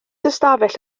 ystafell